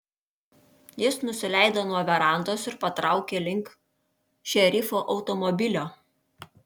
jis nusileido nuo verandos ir patraukė link šerifo automobilio